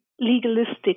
legalistic